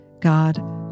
God